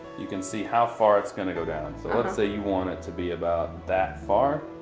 you can see how far it's gonna go down. so let's say you want it to be about that far,